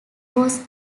was